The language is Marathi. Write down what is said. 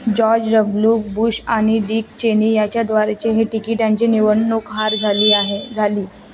जॉर्ज डब्लू बूश आणि डिक चेनी याच्याद्वारेचे हे टिकिटांचे निवडणूक हार झाली आहे झाली